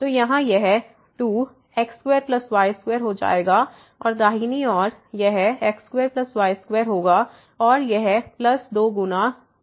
तो यहाँ यह 2x2y2 हो जाएगा और दाहिनी ओर यह x2y2होगा और यह प्लस 2 गुना x और y होगा